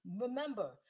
remember